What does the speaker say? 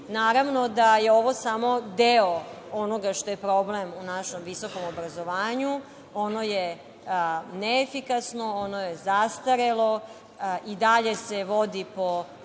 da je ovo samo deo onoga što je problem u našem visokom obrazovanju, ono je neefikasno, ono je zastarelo i dalje se vodi po